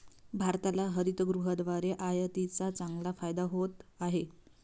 भारताला हरितगृहाद्वारे आयातीचा चांगला फायदा होत आहे